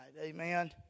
Amen